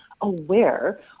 aware